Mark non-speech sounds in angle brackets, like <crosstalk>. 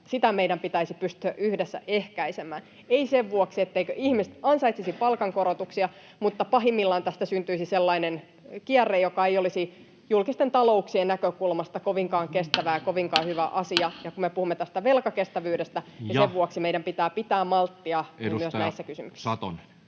meidän pitäisi pystyä yhdessä ehkäisemään. Ei sen vuoksi, etteivätkö ihmiset ansaitsisi palkankorotuksia, mutta pahimmillaan tästä syntyisi sellainen kierre, joka ei olisi julkisten talouksien näkökulmasta kovinkaan kestävä ja kovinkaan hyvä asia, <noise> kun me puhumme tästä velkakestävyydestä. Sen vuoksi meidän pitää pitää malttia myös näissä kysymyksissä.